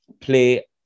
play